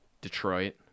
Detroit